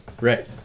Right